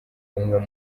umwe